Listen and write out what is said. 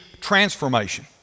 transformation